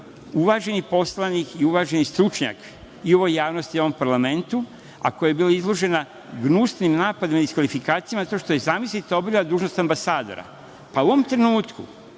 uvaženi poslanik i uvaženi stručnjak i u ovoj javnosti i u ovom parlamentu, a koja je bila izložena gnusnim napadima i diskvalifikacijama zato što je, zamislite, obavljala dužnost ambasadora. Gospođa Sanda